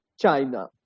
China